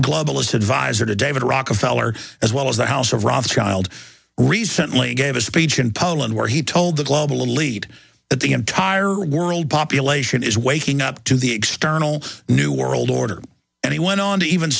globalist advisor to david rockefeller as well as the house of rothchild recently gave a speech in poland where he told the global elite that the entire world population is waking up to the external new world order and he went on to even